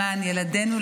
למען ילדינו,